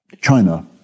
China